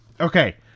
Okay